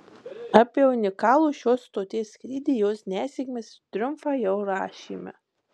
apie unikalų šios stoties skrydį jos nesėkmes ir triumfą jau rašėme